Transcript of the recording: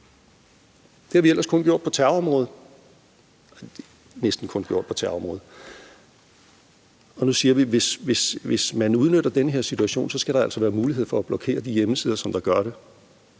Det har vi ellers kun gjort på terrorområdet – næsten kun gjort på terrorområdet. Og nu siger vi: Hvis man udnytter den her situation, skal der altså være mulighed for at blokere hjemmesider, som gør det.